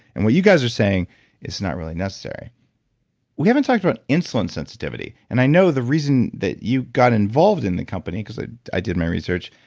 and what you guys are saying it's not really necessary we haven't talked about insulin sensitivity. and i know the reason that you got involved in the company because ah i did my research,